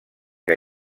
que